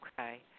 Okay